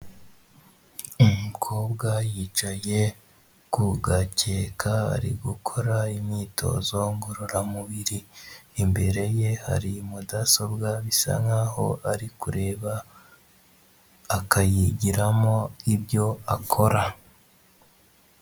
Umukobwa yicaye ku gakeka ari gukora imyitozo ngororamubiri. Imbere ye hari mudasobwa bisa nk'aho ari kureba, akayigiramo ibyo akora.